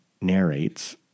narrates